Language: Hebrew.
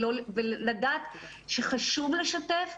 ולדעת שחשוב לשתף,